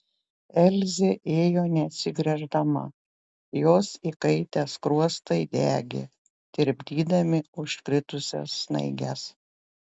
elzė ėjo neatsigręždama jos įkaitę skruostai degė tirpdydami užkritusias snaiges